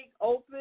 open